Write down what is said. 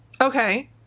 okay